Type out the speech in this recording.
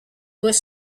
was